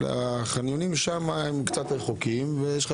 אבל החניונים שם הם קצת רחוקים ויש לך